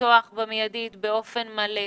לפתוח במיידית באופן מלא,